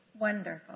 Wonderful